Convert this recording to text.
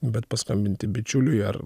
bet paskambinti bičiuliui ar